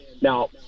now